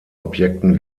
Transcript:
objekten